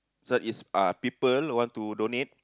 so is are people want to donate